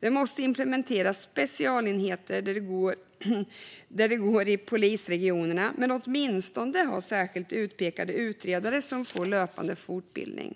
Det måste implementeras specialenheter där så är möjligt i polisregionerna, och man ska åtminstone ha särskilt utpekade utredare som får löpande fortbildning.